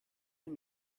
can